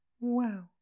wow